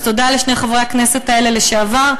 אז תודה לשני חברי הכנסת האלה לשעבר,